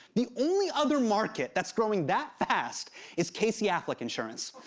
the only other market that's growing that fast is casey affleck insurance.